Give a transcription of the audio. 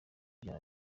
byaha